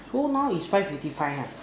so now is five fifty five ha